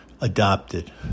adopted